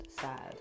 sad